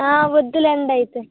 ఆ వద్దులే అండి అయితే